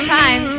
time